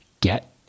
get